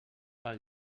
pel